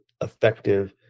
effective